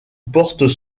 portent